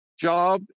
job